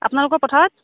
আপোনালোকৰ পথাৰত